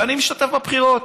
ואני משתתף בבחירות.